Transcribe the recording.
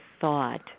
thought